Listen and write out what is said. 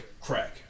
Crack